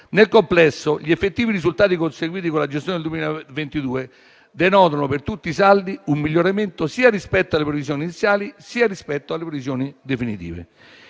Nel complesso, gli effettivi risultati conseguiti con la gestione del 2022 denotano per tutti i saldi un miglioramento sia rispetto alle previsioni iniziali, sia rispetto alle previsioni definitive.